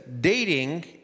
dating